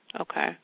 Okay